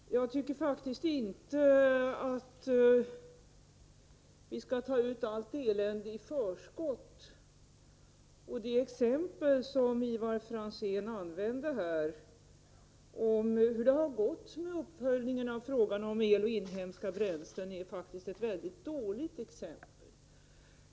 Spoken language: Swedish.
Fru talman! Jag tycker faktiskt inte att vi skall ta ut allt elände i förskott. Det exempel som Ivar Franzén använde här om hur det har gått med uppföljningen av frågan om el och inhemska bränslen är ett mycket dåligt exempel.